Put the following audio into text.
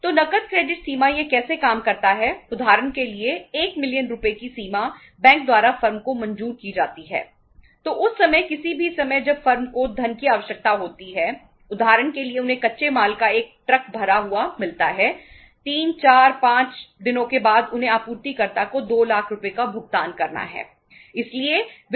तो नकद क्रेडिट सीमा यह कैसे काम करता है उदाहरण के लिए 1 मिलियन लिखेंगे